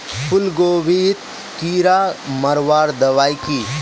फूलगोभीत कीड़ा मारवार दबाई की?